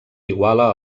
iguala